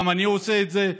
גם אני עושה את זה,